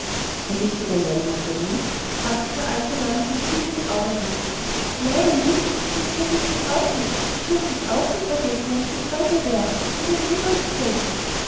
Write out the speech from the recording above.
vergißt du denn deine mutter nie fragte der alte mann ihm tief in die augen blickend nein nie und sie vergißt mich auch nicht ich würde dich auch nie vergessen wenn ich nicht bei dir wäre und würde immer an dich denken